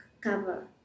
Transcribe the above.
cover